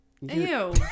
Ew